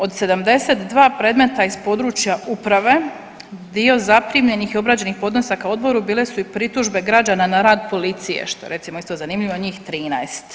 Od 72 predmeta iz područja uprave, dio zaprimljenih i obrađenih podnesaka Odboru bile su i pritužbe građana na rad policije, što je recimo isto zanimljivo, njih 13.